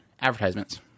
advertisements